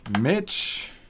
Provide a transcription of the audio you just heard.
Mitch